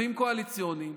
כספים קואליציוניים